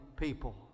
people